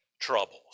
troubles